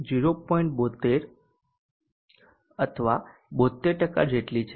72 અથવા 72 જેટલી છે